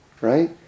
right